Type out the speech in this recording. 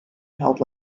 held